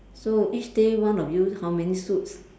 so each day one of you how many suits